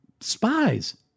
spies